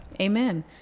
Amen